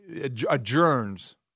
adjourns